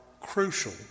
crucial